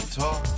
talk